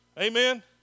Amen